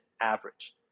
average